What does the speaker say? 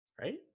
Right